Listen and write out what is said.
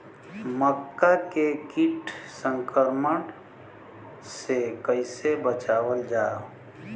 मक्का के कीट संक्रमण से कइसे बचावल जा?